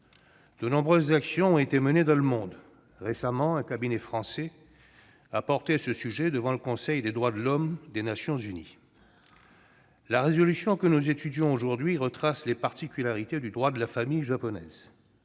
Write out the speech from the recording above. De nombreuses actions ont été menées dans le monde : récemment, un cabinet français a porté ce sujet devant le Conseil des droits de l'homme des Nations unies. La proposition de résolution que nous étudions aujourd'hui retrace les particularités du droit de la famille japonaise.